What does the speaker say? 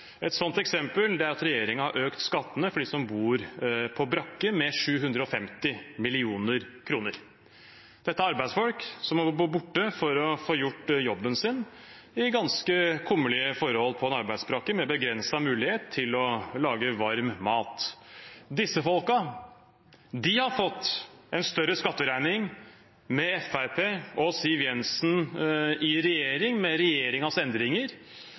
Et sånt eksempel er at regjeringen har økt skattene for dem som bor på brakke, med 750 mill. kr. Dette er arbeidsfolk som må bo borte for å få gjort jobben sin – under ganske kummerlige forhold på en arbeidsbrakke med begrenset mulighet til å lage varm mat. Disse folkene har fått en større skatteregning med Fremskrittspartiet og Siv Jensen i regjering, med regjeringens endringer